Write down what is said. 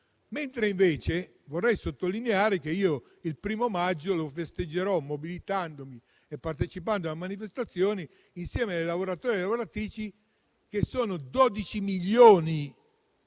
mentre vorrei sottolineare che il 1° maggio lo festeggerò mobilitandomi e partecipando a manifestazioni insieme ai lavoratori e alle lavoratrici, che sono in